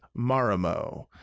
marimo